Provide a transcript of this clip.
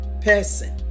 person